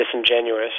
disingenuous